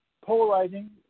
polarizing